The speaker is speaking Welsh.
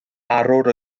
arwr